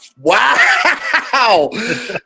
Wow